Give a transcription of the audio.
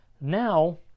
Now